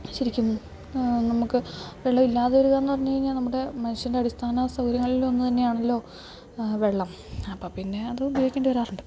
ശരിക്കും നമുക്ക് വെള്ളം ഇല്ലാതെ വരുക എന്ന് പറഞ്ഞുകഴിഞ്ഞാൽ നമ്മുടെ മനുഷ്യൻ്റെ അടിസ്ഥാന സൗകര്യങ്ങളിലൊന്ന് തന്നെയാണല്ലോ വെള്ളം അപ്പോൾ പിന്നെ അത് ഉപയോഗിക്കേണ്ടി വരാറുണ്ട്